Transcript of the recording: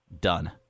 done